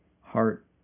heart